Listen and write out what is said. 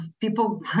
People